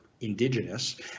indigenous